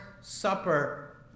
Supper